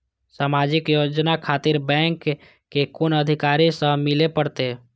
समाजिक योजना खातिर बैंक के कुन अधिकारी स मिले परतें?